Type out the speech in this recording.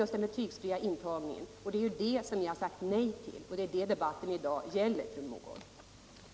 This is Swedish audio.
Det är den regeringen har 14 februari 1978 sagt nej till och det är den debatten i dag gäller, fru Mogård. a - Meddelande om Överläggningen var härmed slutad.